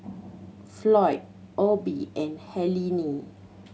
Floyd Obie and Helaine